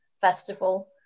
festival